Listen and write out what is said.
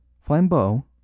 Flambeau